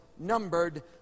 Numbered